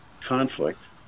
conflict